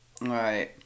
Right